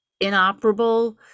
inoperable